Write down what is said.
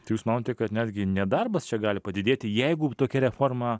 tai jūs manote kad netgi nedarbas čia gali padidėti jeigu tokia reforma